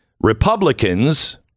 Republicans